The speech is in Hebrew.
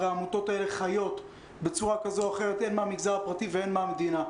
הרי העמותות האלה חיות בצורה כזו או אחרת הן מהמגזר הפרטי והן מהמדינה.